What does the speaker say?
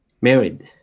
married